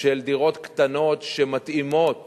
של דירות קטנות שמתאימות